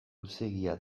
luzeegia